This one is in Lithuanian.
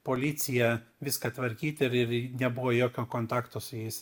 policiją viską tvarkyti ir ir nebuvo jokio kontakto su jais